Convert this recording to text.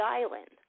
island